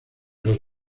los